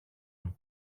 του